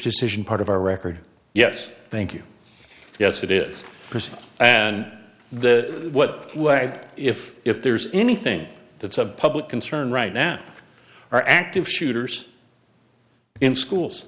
decision part of our record yes thank you yes it is christmas and the what if if there's anything that's of public concern right now are active shooters in schools